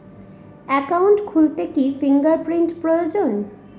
Account খুলতে কি fingerprint প্রয়োজন?